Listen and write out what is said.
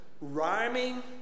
rhyming